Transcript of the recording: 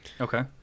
Okay